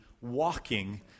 walking